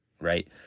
right